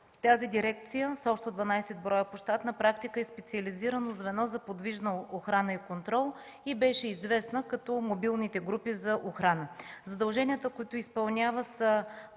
Тази Дирекция с общо 12 броя по щат на практика е специализирано звено за подвижна охрана и контрол и беше известна като „мобилните групи за охрана”.